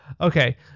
okay